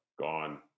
gone